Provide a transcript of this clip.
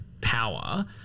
power